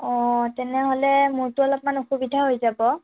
অ' তেনেহ'লে মোৰতো অলপমান অসুবিধা হৈ যাব